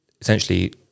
essentially